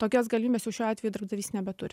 tokios galimybės jau šiuo atveju darbdavys nebeturi